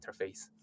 interface